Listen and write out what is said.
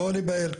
לא להיבהל.